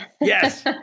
Yes